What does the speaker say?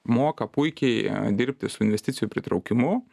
moka puikiai dirbti su investicijų pritraukimu